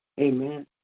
Amen